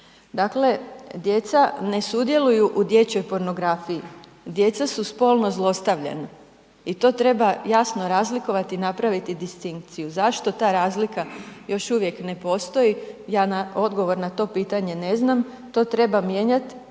Dakle djeca ne sudjeluju u dječjoj pornografiji, djeca su spolno zlostavljana i to treba jasno razlikovati i napraviti distinkciju. Zašto ta razlika još uvijek ne postoji, ja odgovor na to pitanje ne znam, to treba mijenjat